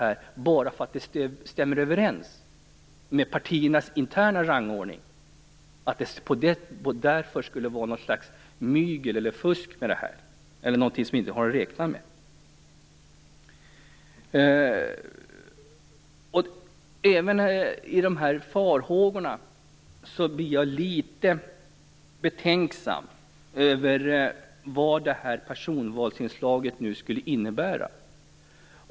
Jag tror att det är mycket farligt att dra slutsatsen att det skulle vara något slags mygel eller fusk med det här bara därför att utfallet av personvalet stämmer överens med partiernas interna rangordning. Jag blir också litet betänksam över farhågorna för vad personvalsinslaget skulle innebära.